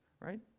right